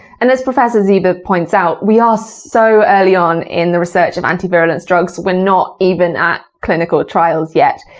and as professor sieber points out, we are so early on in the research of anti-virulence drugs we're not even at clinical trials yet.